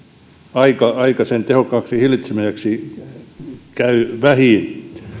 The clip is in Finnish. aika aika sen tehokkaaksi hillitsemiseksi käy vähiin